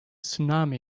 tsunami